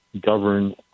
govern